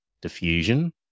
Diffusion